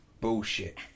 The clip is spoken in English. bullshit